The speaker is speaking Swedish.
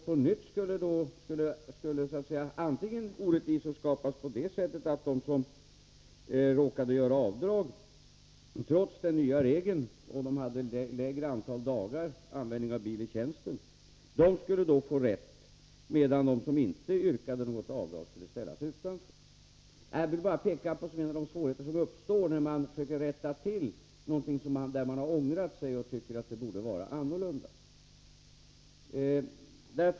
På nytt skulle orättvisor skapas, på det sättet att de som råkade göra avdrag trots den nya regeln, men som hade användning av bil i tjänsten ett mindre antal dagar, skulle få rätt, medan de som inte yrkade något avdrag skulle ställas utanför. Jag vill bara peka på en av de svårigheter som uppstår när man försöker rätta till något som man ångrar och tycker borde vara annorlunda.